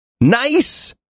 NICE